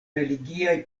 religiaj